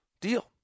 deal